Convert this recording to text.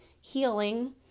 healing